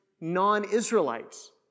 non-Israelites